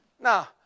Now